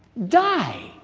die